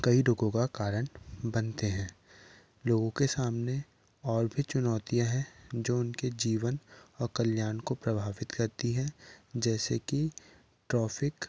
कई रोगों का कारण बनाते हैं लोगों के सामने और भी चुनौतियाँ है जो उनके जीवन और कल्याण को प्रभावित करती हैं जैसे कि ट्रॉफिक